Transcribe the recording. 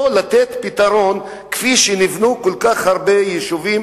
או לתת פתרון כפי שנבנו כל כך הרבה יישובים